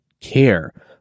care